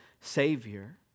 Savior